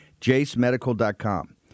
JaceMedical.com